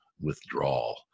withdrawal